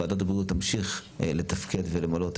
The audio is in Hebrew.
ועדת הבריאות תמשיך לתפקד ולמלא את